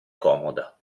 comoda